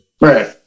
Right